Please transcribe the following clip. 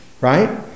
right